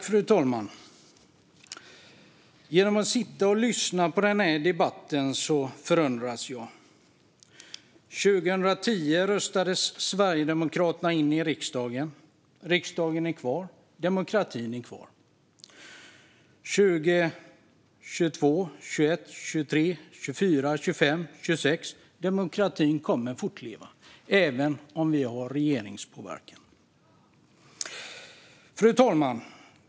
Fru talman! När jag sitter och lyssnar på den här debatten förundras jag. År 2010 röstades Sverigedemokraterna in i riksdagen. Riksdagen är kvar, och demokratin är kvar. Demokratin kommer att fortleva år 2021, 2022, 2023, 2024, 2025 och 2026 även om jag har regeringspåverkan. Fru talman!